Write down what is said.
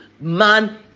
man